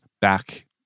back